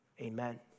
amen